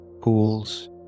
pools